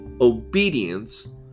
obedience